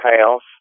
house